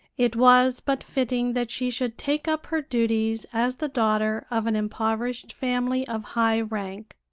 it was but fitting that she should take up her duties as the daughter of an impoverished family of high rank.